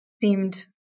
seemed